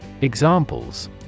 Examples